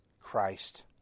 Christ